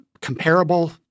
comparable